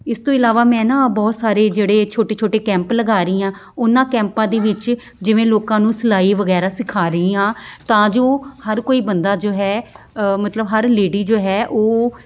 ਇਸ ਤੋਂ ਇਲਾਵਾ ਮੈਂ ਨਾ ਬਹੁਤ ਸਾਰੇ ਜਿਹੜੇ ਛੋਟੇ ਛੋਟੇ ਕੈਂਪ ਲਗਾ ਰਹੀ ਹਾਂ ਉਹਨਾਂ ਕੈਂਪਾਂ ਦੇ ਵਿੱਚ ਜਿਵੇਂ ਲੋਕਾਂ ਨੂੰ ਸਿਲਾਈ ਵਗੈਰਾ ਸਿਖਾ ਰਹੀ ਹਾਂ ਤਾਂ ਜੋ ਹਰ ਕੋਈ ਬੰਦਾ ਜੋ ਹੈ ਮਤਲਬ ਹਰ ਲੇਡੀ ਜੋ ਹੈ ਉਹ